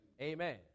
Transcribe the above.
Amen